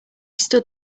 stood